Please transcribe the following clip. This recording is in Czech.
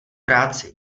práci